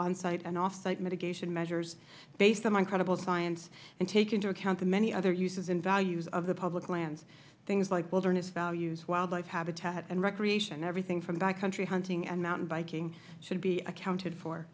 onsite and offsite litigation measures based on credible science and take into account the many other uses and values of the public lands things like wilderness values wildlife habitat and recreation everything from backcountry hunting and mountain biking should be accounted for